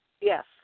Yes